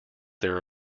their